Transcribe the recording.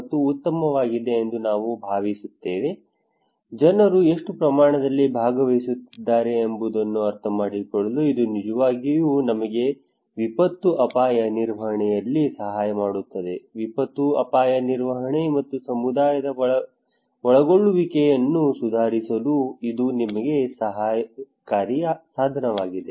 ಇದು ಉತ್ತಮವಾಗಿದೆ ಎಂದು ನಾನು ಭಾವಿಸುತ್ತೇನೆ ಜನರು ಎಷ್ಟು ಪ್ರಮಾಣದಲ್ಲಿ ಭಾಗವಹಿಸುತ್ತಿದ್ದಾರೆ ಎಂಬುದನ್ನು ಅರ್ಥಮಾಡಿಕೊಳ್ಳಲು ಇದು ನಿಜವಾಗಿಯೂ ನಮಗೆ ವಿಪತ್ತು ಅಪಾಯ ನಿರ್ವಹಣೆಯಲ್ಲಿ ಸಹಾಯ ಮಾಡುತ್ತದೆ ವಿಪತ್ತು ಅಪಾಯ ನಿರ್ವಹಣೆ ಮತ್ತು ಸಮುದಾಯದ ಒಳಗೊಳ್ಳುವಿಕೆಯನ್ನು ಸುಧಾರಿಸಲು ಇದು ನಮಗೆ ಸಹಾಯಕಾರಿ ಸಾಧನವಾಗಿದೆ